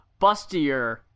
bustier